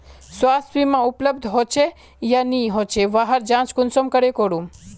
स्वास्थ्य बीमा उपलब्ध होचे या नी होचे वहार जाँच कुंसम करे करूम?